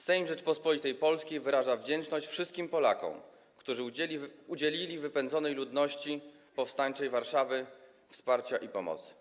Sejm Rzeczypospolitej Polskiej wyraża wdzięczność wszystkim Polakom, którzy udzielili wypędzonej ludności powstańczej Warszawy wsparcia i pomocy”